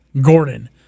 Gordon